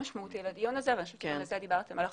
משמעותיים לדיון הזה --- שדיברתם על החלופות.